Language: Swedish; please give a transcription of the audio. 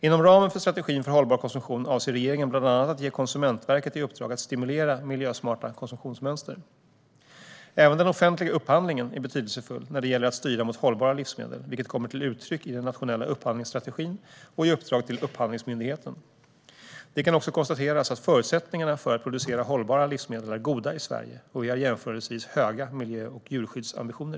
Inom ramen för strategin för hållbar konsumtion avser regeringen bland annat att ge Konsumentverket i uppdrag att stimulera miljösmarta konsumtionsmönster. Även den offentliga upphandlingen är betydelsefull när det gäller att styra mot hållbara livsmedel, vilket kommer till uttryck i den nationella upphandlingsstrategin och i uppdrag till Upphandlingsmyndigheten. Det kan också konstateras att förutsättningarna för att producera hållbara livsmedel är goda i Sverige och att vi har jämförelsevis höga miljö och djurskyddsambitioner.